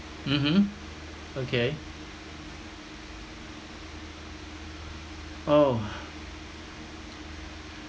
mmhmm okay oh